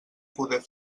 poder